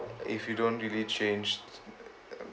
if you don't really change